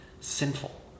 sinful